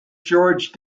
george